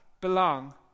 belong